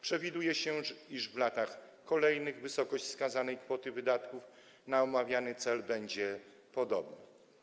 Przewiduje się, iż w latach kolejnych wysokość wskazanej kwoty wydatków na omawiany cel będzie podobna.